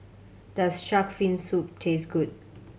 does shark fin soup taste good